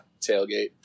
tailgate